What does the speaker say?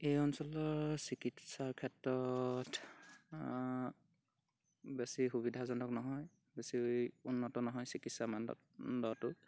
এই অঞ্চলৰ চিকিৎসাৰ ক্ষেত্ৰত বেছি সুবিধাজনক নহয় বেছি উন্নত নহয় চিকিৎসা মানদণ্ডটো